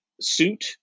suit